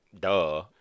Duh